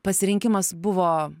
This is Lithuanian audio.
pasirinkimas buvo